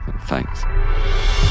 Thanks